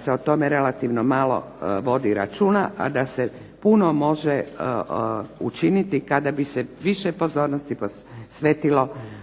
se o tome vodi relativno malo računa a da se puno može učiniti kada bi se više pozornosti posvetilo ovim